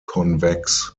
convex